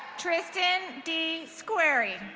tristan d squari.